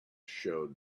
showed